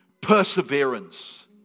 perseverance